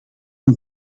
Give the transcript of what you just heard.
een